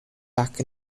back